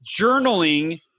journaling